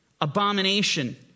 abomination